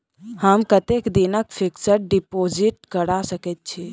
हम कतेक दिनक फिक्स्ड डिपोजिट करा सकैत छी?